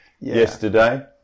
yesterday